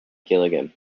gillingham